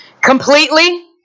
completely